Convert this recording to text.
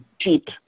cheap